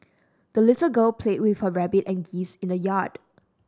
the little girl played with her rabbit and geese in the yard